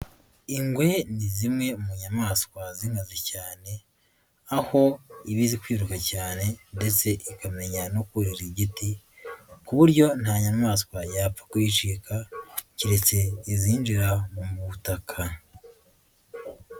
Ingwe ni zimwe mu nyamaswa zinkazi cyane, aho iba izi kwiruka cyane ndetse ikamenya no kurira giti, ku buryo nta nyamaswa yapfa kuyicika, kereke izinjira mu butaka.